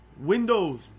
Windows